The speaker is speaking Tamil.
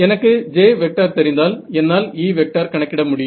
எனக்கு J தெரிந்தால் என்னால் E கணக்கிட முடியும்